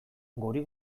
gori